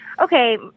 okay